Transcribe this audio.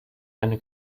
eine